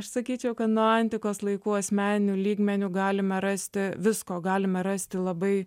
aš sakyčiau kad nuo antikos laikų asmeniniu lygmeniu galime rasti visko galime rasti labai